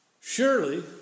Surely